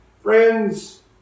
friends